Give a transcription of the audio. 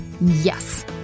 yes